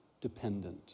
dependent